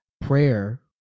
Prayer